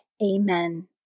Amen